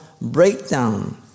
breakdown